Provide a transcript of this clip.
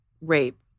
rape